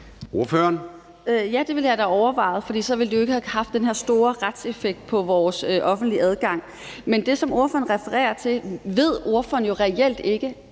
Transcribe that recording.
Ja, det ville jeg da have overvejet, for så ville det jo ikke have haft den her store retseffekt på vores offentlige adgang. Men det, som ordføreren refererer til, ved ordføreren jo reelt ikke.